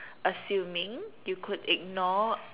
assuming you could ignore